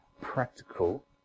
practical